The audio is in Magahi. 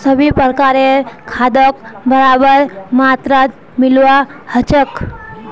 सभी प्रकारेर खादक बराबर मात्रात मिलव्वा ह छेक